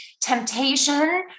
temptation